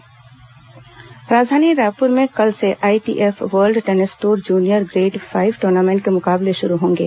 खेल राजधानी रायपुर में कल से ITF world tennis tour junior grade five tournament के मुकाबले शुरू होंगे